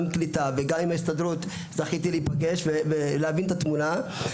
גם קליטה וגם עם ההסתדרות זכיתי להיפגש ולהבין את התמונה.